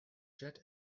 jet